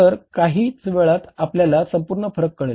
तर काहीच वेळातच आपल्याला संपूर्ण फरक कळेल